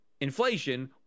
inflation